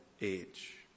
age